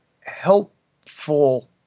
helpful